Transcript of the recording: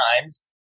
times